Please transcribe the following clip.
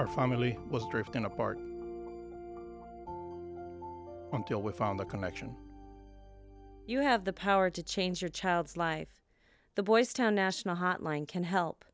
our family was drifting apart until we found the connection you have the power to change your child's life the boys town national hotline can help